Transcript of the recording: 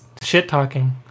shit-talking